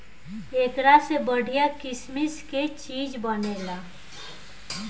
एकरा से बढ़िया किसिम के चीज बनेला